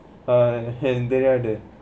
uh எனக்கு தெரியாதே:ennakku teriyaathae